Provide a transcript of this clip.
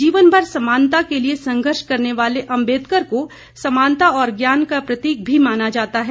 जीवन भर समानता के लिए संघर्ष करने वाले अंबेदकर को समानता और ज्ञान का प्रतीक भी माना जाता है